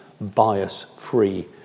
bias-free